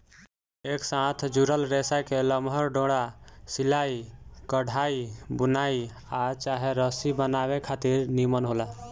एक साथ जुड़ल रेसा के लमहर डोरा सिलाई, कढ़ाई, बुनाई आ चाहे रसरी बनावे खातिर निमन होला